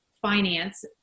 finance